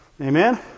Amen